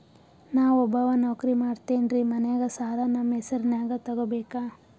ನಾ ಒಬ್ಬವ ನೌಕ್ರಿ ಮಾಡತೆನ್ರಿ ಮನ್ಯಗ ಸಾಲಾ ನಮ್ ಹೆಸ್ರನ್ಯಾಗ ತೊಗೊಬೇಕ?